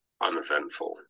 uneventful